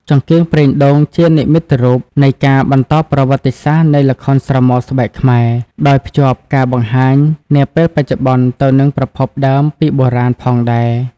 ចង្កៀងប្រេងដូង ជានិមិត្តរូបនៃការបន្តប្រវត្តិសាស្ត្រនៃល្ខោនស្រមោលស្បែកខ្មែរ ដោយភ្ជាប់ការបង្ហាញនាពេលបច្ចុប្បន្នទៅនឹងប្រភពដើមពីបុរាណផងដែរ។